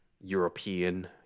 European